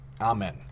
Amen